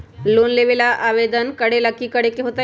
Loan लेबे ला आवेदन करे ला कि करे के होतइ?